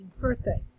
birthday